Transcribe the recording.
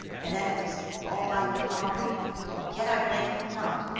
and that it was all by your father yet i blame him not,